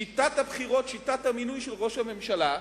שיטת הבחירות, שיטת המינוי של ראש הממשלה.